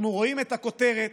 אנחנו רואים את הכותרת.